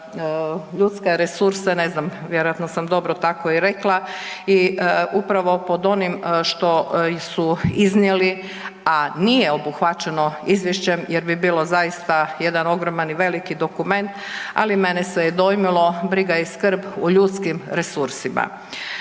ljudske resurse, ne znam vjerojatno sam dobro tako i rekla i upravo pod onim što su iznijeli, a nije obuhvaćeno izvješćem jer bi bilo zaista jedan ogroman i veliki dokument, ali mene se je dojmilo, briga i skrb u ljudskim resursima.